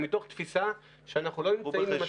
זה מתוך תפיסה שאנחנו לא נמצאים במצב